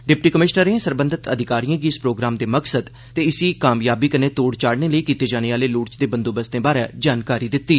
deputy कमिषनरें सरबंधत अधिकारिएं गी इस प्रोग्राम दे मकसद ते इसी कामयाबी कन्नै तोढ़ चाढ़ने लेई कीते जाने आह्ले लोड़चदे बंदोबस्तें बारै जानकारी दित्ती